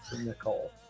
Nicole